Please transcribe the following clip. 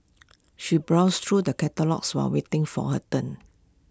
she browsed through the catalogues while waiting for her turn